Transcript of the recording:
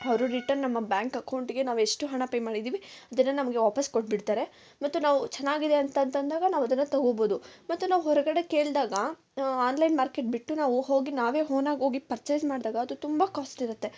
ಅವರು ರಿಟರ್ನ್ ನಮ್ಮ ಬ್ಯಾಂಕ್ ಅಕೌಂಟಿಗೆ ನಾವು ಎಷ್ಟು ಹಣ ಪೇ ಮಾಡಿದ್ದೀವಿ ಅದನ್ನ ನಮಗೆ ವಾಪೀಸು ಕೊಟ್ಬಿಡ್ತಾರೆ ಮತ್ತು ನಾವು ಚನ್ನಾಗಿದೆ ಅಂತ ಅಂತಂದಾಗ ನಾವದನ್ನು ತೊಗೋಬೋದು ಮತ್ತು ನಾವು ಹೊರಗಡೆ ಕೇಳ್ದಾಗ ಆನ್ಲೈನ್ ಮಾರ್ಕೆಟ್ ಬಿಟ್ಟು ನಾವು ಹೋಗಿ ನಾವೇ ಹೋನಾಗಿ ಹೋಗಿ ಪರ್ಚೆಸ್ ಮಾಡ್ದಾಗ ಅದು ತುಂಬ ಕಾಸ್ಟಿರುತ್ತೆ